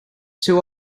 two